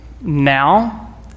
now